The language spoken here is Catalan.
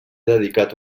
dedicat